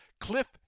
Cliff